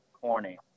corny